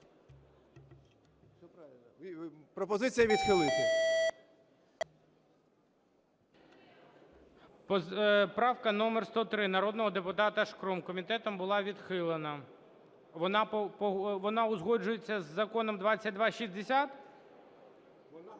Пропозиція відхилити. ГОЛОВУЮЧИЙ. Правка номер 103 народного депутата Шкрум, комітетом була відхилена. Вона узгоджується із Законом 2260? Добре.